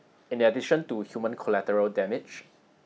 in addition to human collateral damage